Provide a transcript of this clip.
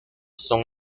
son